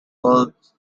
valves